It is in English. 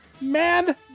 Man